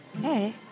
Hey